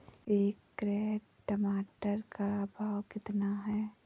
एक कैरेट टमाटर का भाव कितना है?